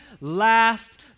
last